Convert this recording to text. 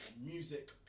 music